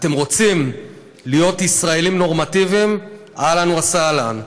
אתם רוצים להיות ישראלים נורמטיביים אהלן וסהלן,